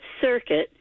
Circuit